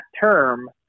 term